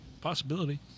possibility